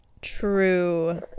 True